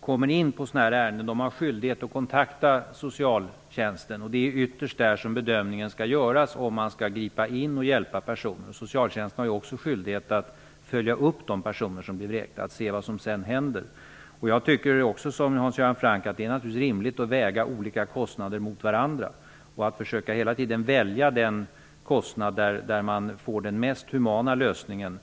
kommer in på sådana här ärenden har skyldighet att kontakta socialtjänsten. Det är ytterst där som man har att bedöma om man skall gripa in och hjälpa personer. Socialtjänsten har också skyldighet att följa upp de personer som blir vräkta, att se vad som sedan händer. Jag tycker, i likhet med Hans Göran Franck, att det naturligtvis är rimligt att väga olika kostnader mot varandra och att hela tiden försöka välja den kostnad som innebär den mest humana lösningen.